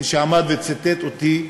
כשעמד וציטט אותי,